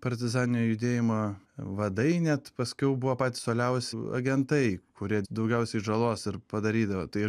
partizaninio judėjimo vadai net paskiau buvo patys uoliausi agentai kurie daugiausiai žalos ir padarydavo tai